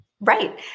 Right